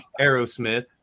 aerosmith